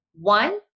One